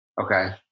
Okay